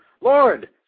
Lord